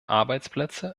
arbeitsplätze